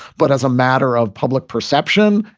but as a matter of public perception,